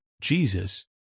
Jesus